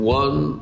one